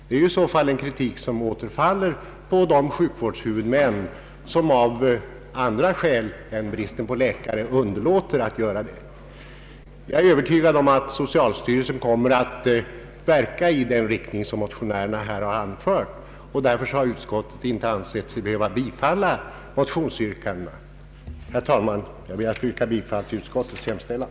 Det är i så fall en kritik som återfaller på de sjukvårdshuvudmän som av andra skäl än bristen på läkare underlåter att göra detta. Jag är övertygad om att socialstyrelsen kommer att verka i den riktning som motionärerna här har angivit, och utskottet har inte ansett sig behöva tillstyrka motionsyrkandena. Herr talman! Jag ber att få yrka bifall till utskottets hemställan.